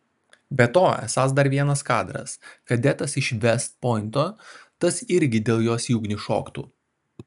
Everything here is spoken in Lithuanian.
be to esąs dar vienas kadras kadetas iš vest pointo tas irgi dėl jos į ugnį šoktų